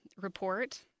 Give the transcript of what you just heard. report